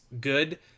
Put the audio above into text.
good